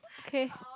okay